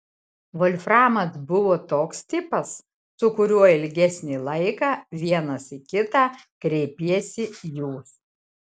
volframas buvo toks tipas su kuriuo ilgesnį laiką vienas į kitą kreipiesi jūs